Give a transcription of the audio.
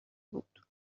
بود